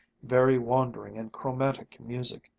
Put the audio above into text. very wandering and chromatic music,